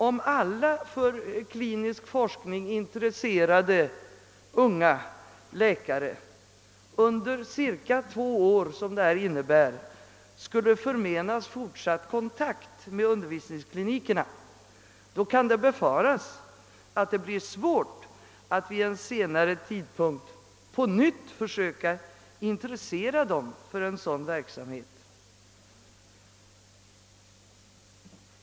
Om alla för klinisk forskning intresserade unga läkare under de cirka två år som detta innebär skulle förmenas fortsatt kontakt med undervisningsklinikerna, kunde det befaras bli svårt att vid en senare tidpunkt på nytt försöka intressera dem för en sådan verksamhet.